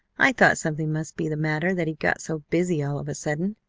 i thought something must be the matter that he got so busy all of a sudden.